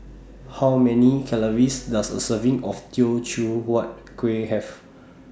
How Many Calories Does A Serving of Teochew Huat Kuih Have